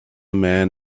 man